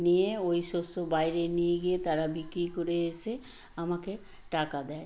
নিয়ে ওই শস্য বায়রে নিয়ে গিয়ে তারা বিক্রি করে এসে আমাকে টাকা দেয়